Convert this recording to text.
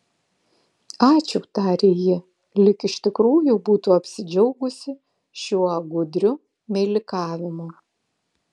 ačiū tarė ji lyg iš tikrųjų būtų apsidžiaugusi šiuo gudriu meilikavimu